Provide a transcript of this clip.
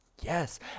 Yes